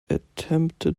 attempted